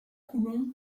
coulon